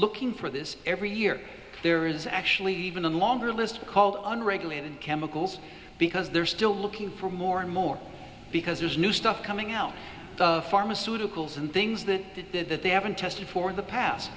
looking for this every year there is actually even a longer list called unregulated chemicals because they're still looking for more and more because there's new stuff coming out of pharmaceuticals and things that the that they haven't tested for the past